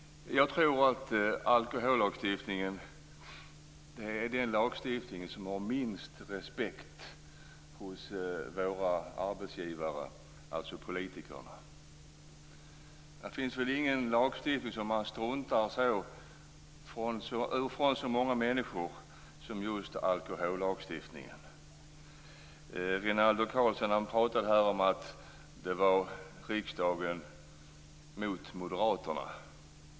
Jag tror att alkohollagstiftningen är den lagstiftning som har minst respekt hos våra, alltså politikernas, "arbetsgivare". Det finns väl ingen lagstiftning som så många människor struntar i som just alkohollagstiftningen. Rinaldo Karlsson pratade här om att det var riksdagen mot moderaterna.